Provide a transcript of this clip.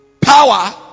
power